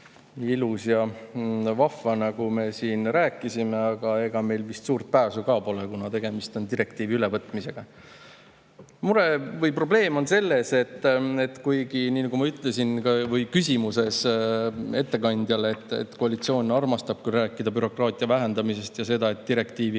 ilus ja vahva, nagu me siin rääkisime. Aga ega meil vist suurt pääsu ka pole, kuna tegemist on direktiivi ülevõtmisega. Mure või probleem on selles, nagu ma ütlesin ka küsimuses ettekandjale, et koalitsioon armastab rääkida bürokraatia vähendamisest ja seda, et direktiivi